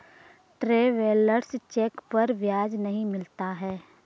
travellers cheque पर ब्याज नहीं मिलता है